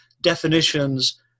definitions